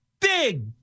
Big